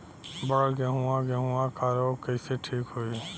बड गेहूँवा गेहूँवा क रोग कईसे ठीक होई?